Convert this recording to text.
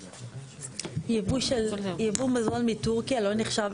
יבוא מזון מטורקיה לא נחשב,